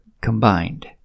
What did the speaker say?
combined